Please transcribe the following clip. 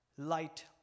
light